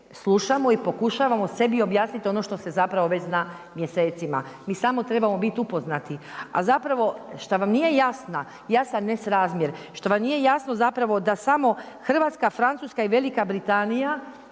slušamo i pokušavamo sebi objasniti ono što se zapravo već zna mjesecima. Mi samo trebamo biti upoznati, a zapravo šta vam nije jasan nesrazmjer, što vam nije jasno zapravo da samo Hrvatska, Francuska i Velika Britanija